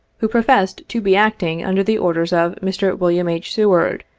who professed to be acting under the oi'ders of mr. wm. h. seward,